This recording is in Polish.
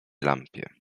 lampie